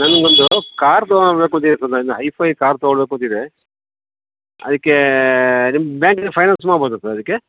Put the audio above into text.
ನನಗೊಂದು ಕಾರ್ ತಗೊಬೇಕು ಅಂತಿದೆ ಸರ್ ನಂಗೆ ಹೈಫೈ ಕಾರ್ ತೊಗೊಬೇಕು ಅಂತಿದೆ ಅದಕ್ಕೆ ನಿಮ್ಮ ಬ್ಯಾಂಕಿಂದ ಫೈನಾನ್ಸ್ ಮಾಡ್ಬೋದಾ ಸರ್ ಅದಕ್ಕೆ